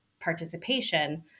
participation